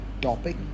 topic